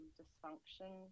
dysfunction